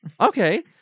okay